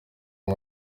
uyu